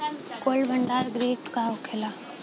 Cold भण्डार गृह का होखेला?